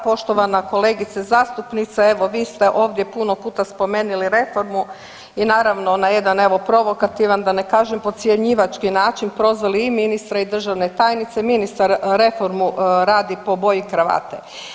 Poštovana kolegice zastupnice, evo vi ste ovdje puno puta spomenuli reformu i naravno na jedan evo provokativan da ne kažem podcjenjivački način prozvali i ministra i državne tajnice, ministar reformu radi po boju kravate.